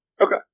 Okay